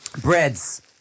Breads